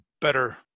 better